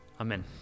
Amen